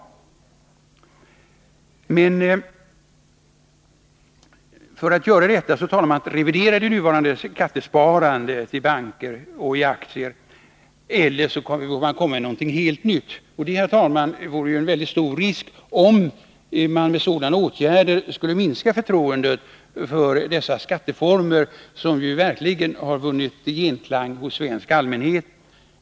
För att kunna göra det måste man enligt nämnda statssekreterare revidera det nuvarande skattesparandet i banker och i aktier, eller också måste det komma något helt nytt. Det vore, herr talman, en mycket stor risk om man med sådana åtgärder skulle minska förtroendet för dessa skatteformer, som verkligen har vunnit genklang hos den svenska allmänheten.